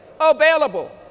available